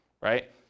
right